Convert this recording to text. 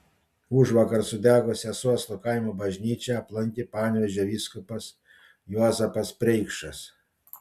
užvakar sudegusią suosto kaimo bažnyčią aplankė panevėžio vyskupas juozapas preikšas